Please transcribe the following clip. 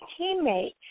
teammate